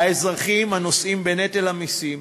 האזרחים הנושאים בנטל המסים,